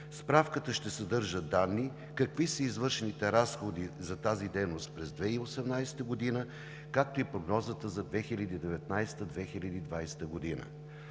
Справката ще съдържа данни какви са извършените разходи за тази дейност през 2018 г., както и прогнозата за 2019 – 2020 г.